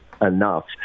enough